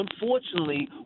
Unfortunately